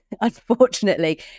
unfortunately